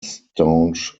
staunch